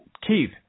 Keith